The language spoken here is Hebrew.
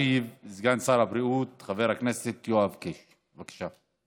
ישיב סגן שר הבריאות חבר הכנסת יואב קיש, בבקשה.